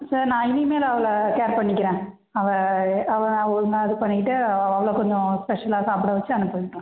சேரி நான் இனிமேல் அவளை கேர் பண்ணிக்கிறேன் அவ அவளை நான் ஒழுங்காக இது பண்ணிவிட்டு அவளை கொஞ்சம் ஸ்பெஷலாக சாப்பிட வச்சு அனுப்பிவிடுறேன்